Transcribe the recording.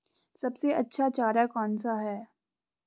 सबसे अच्छा चारा कौन सा है?